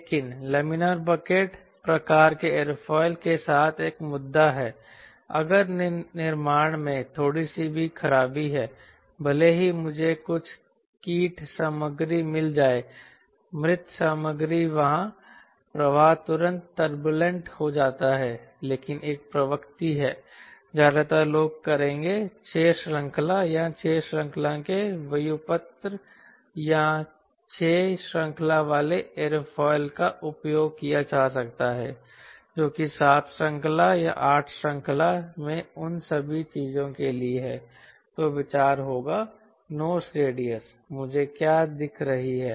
लेकिन laminar bucket प्रकार के एयरफॉइल के साथ एक मुद्दा है अगर निर्माण में थोड़ी सी भी खराबी है भले ही मुझे कुछ कीट सामग्री मिल जाए मृत सामग्री वहाँ प्रवाह तुरंत टर्बूलेंट हो जाता है लेकिन एक प्रवृत्ति है ज्यादातर लोग करेंगे 6 श्रृंखला या 6 श्रृंखला के व्युत्पन्न या 6 श्रृंखला वाले एयरफॉइल का उपयोग किया जा सकता है जो कि 7 श्रृंखला 8 श्रृंखला में उन सभी चीजों के लिए है तो विचार होगा नोस रेडियस मुझे क्या दिख रही है